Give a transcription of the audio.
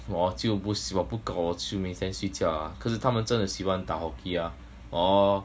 我就不需我不搞我就明天睡觉 ah 可是他们真的喜欢打 hockey ah orh